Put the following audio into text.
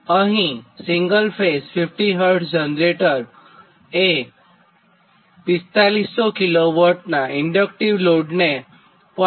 તો અહીં single phase fifty hertz generator એ 4500 kW નાં ઇન્ડક્ટીવ લોડને 0